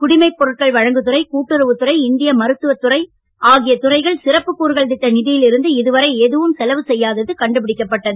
குடிமைப் பொருட்கள் வழங்கு துறை கூட்டுறவத் துறை இந்திய மருத்துவமுறைத் துறை ஆகிய துறைகள் சிறப்புக் கூறுகள் திட்ட நிதியில் இருந்து இதுவரை எதுவும் செலவு செய்யாதது கண்டுபிடிக்கப் பட்டது